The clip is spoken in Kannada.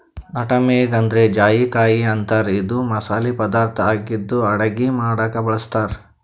ನಟಮೆಗ್ ಅಂದ್ರ ಜಾಯಿಕಾಯಿ ಅಂತಾರ್ ಇದು ಮಸಾಲಿ ಪದಾರ್ಥ್ ಆಗಿದ್ದ್ ಅಡಗಿ ಮಾಡಕ್ಕ್ ಬಳಸ್ತಾರ್